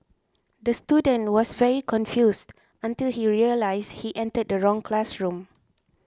the student was very confused until he realised he entered the wrong classroom